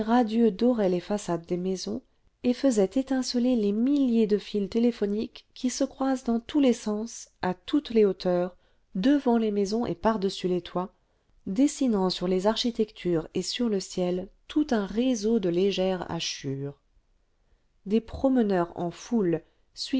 radieux dorait les façades des maisons et faisait étinceler les milliers de fils téléphoniques qui se croisent dans tous les sens à toutes les hauteurs devant les maisons et par-dessus les toits dessinant sur les architectures et sur le ciel tout un réseau de légères hachures des promeneurs en foule